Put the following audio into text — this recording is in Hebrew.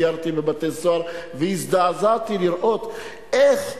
סיירתי בבתי-סוהר והזדעזעתי לראות איך ילד,